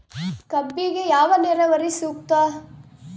ಕಬ್ಬಿಗೆ ಯಾವ ನೇರಾವರಿ ಸೂಕ್ತ?